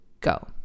go